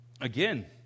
Again